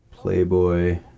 Playboy